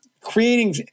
creating